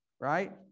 right